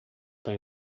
tão